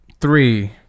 three